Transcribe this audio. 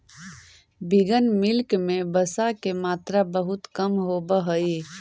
vegan milk में वसा के मात्रा बहुत कम होवऽ हइ